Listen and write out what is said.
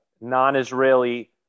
non-Israeli